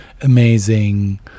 amazing